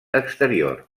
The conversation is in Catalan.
exterior